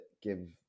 give